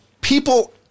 people